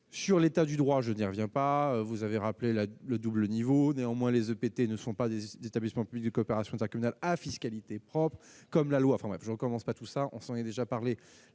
sur l'état du droit, je n'y reviens pas, vous avez rappelé la le double niveau néanmoins les EPT ne sont pas des établissements publics de coopération intercommunale à fiscalité propre, comme la loi commence pas tout ça, on s'en est déjà parlé